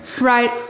Right